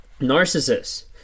narcissists